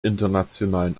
internationalen